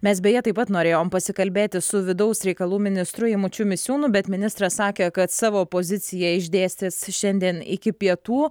mes beje taip pat norėjom pasikalbėti su vidaus reikalų ministru eimučiu misiūnu bet ministras sakė kad savo poziciją išdėstys šiandien iki pietų